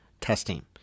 testing